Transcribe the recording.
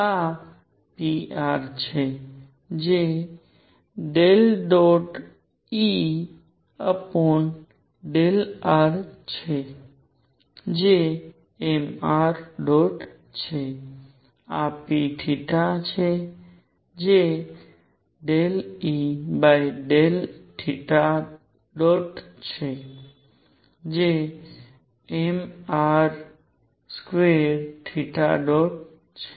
આ pr છે જે ∂E∂r છે જે mr છે આ p છે જે ∂E છે જે mr2 છે